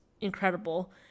incredible